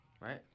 Right